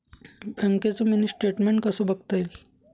बँकेचं mini statement कसं बघता येईल?